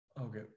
Okay